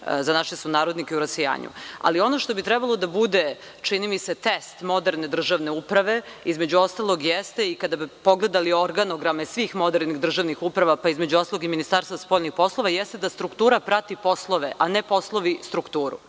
za naše sunarodnike u rasejanju. Ono što bi trebalo da bude, čini mi se, test moderne državne uprave, između ostalog, i kada bi pogledali organograme svih modernih državnih uprava, pa između ostalog i Ministarstva spoljnih poslova, jeste da struktura prati poslove, a ne poslovi strukturu. Dakle,